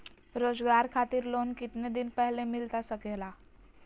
रोजगार खातिर लोन कितने दिन पहले मिलता सके ला?